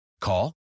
Call